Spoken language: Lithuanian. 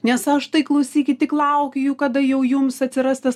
nes aš tai klausykit tik laukia jų kada jau jums atsiras tas